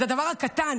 זה הדבר הקטן,